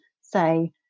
say